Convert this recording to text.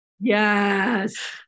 Yes